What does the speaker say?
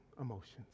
emotions